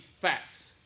facts